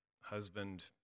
husband